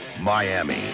Miami